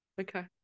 Okay